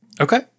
Okay